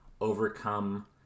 overcome